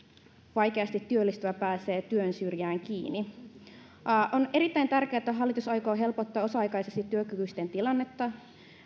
vaikeasti työllistyvä pääsee työn syrjään kiinni on erittäin tärkeätä että hallitus aikoo helpottaa osa aikaisesti työkykyisten tilannetta